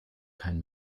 kein